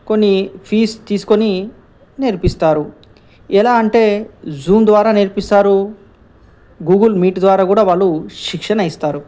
కొన్ని ఫీస్ తీసుకొని నేర్పిస్తారు ఎలా అంటే జూమ్ ద్వారా నేర్పిస్తారు గూగుల్ మీట్ ద్వారా కూడా వాళ్ళు శిక్షణ ఇస్తారు